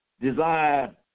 desire